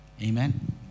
Amen